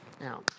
Now